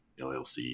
llc